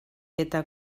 eta